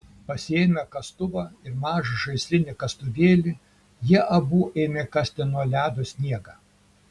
pasiėmę kastuvą ir mažą žaislinį kastuvėlį jie abu ėmė kasti nuo ledo sniegą